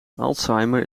alzheimer